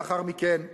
לאחר מכן כ-1,000.